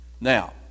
Now